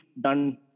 done